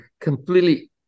completely